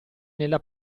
nella